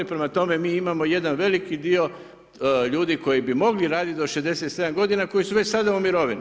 Prema tome, mi imamo jedan veliki dio ljudi koji bi mogli raditi do 67 godina, koji su već sada u mirovini.